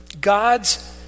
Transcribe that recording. God's